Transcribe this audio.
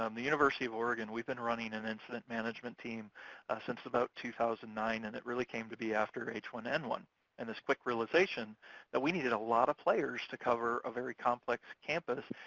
um the university of oregon, we've been running an incident management team since about two thousand and nine, and it really came to be after h one n one and this quick realization that we needed a lot of players to cover a very complex campus,